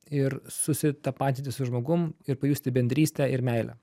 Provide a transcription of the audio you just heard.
ir susitapatinti su žmogum ir pajusti bendrystę ir meilę